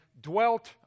dwelt